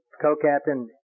co-captain